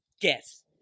Guess